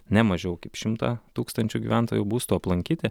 ne mažiau kaip šimtą tūkstančių gyventojų būstų aplankyti